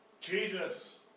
Jesus